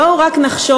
בואו רק נחשוב,